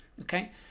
Okay